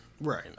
right